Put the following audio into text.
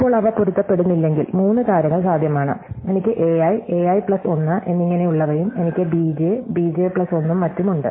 ഇപ്പോൾ അവ പൊരുത്തപ്പെടുന്നില്ലെങ്കിൽ മൂന്ന് കാര്യങ്ങൾ സാധ്യമാണ് എനിക്ക് a i a i plus 1 എന്നിങ്ങനെയുള്ളവയും എനിക്ക് b j b j plus 1 ഉം മറ്റും ഉണ്ട്